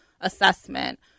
assessment